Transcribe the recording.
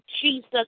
Jesus